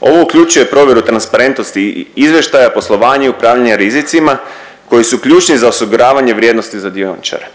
Ovo uključuje provjeru transparentnosti izvještaja poslovanja i upravljanja rizicima koji su ključni za osiguravanje vrijednosti za dioničare.